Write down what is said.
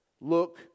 look